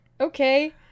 okay